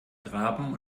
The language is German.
graben